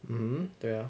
mm 对 ah